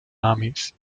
armies